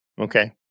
Okay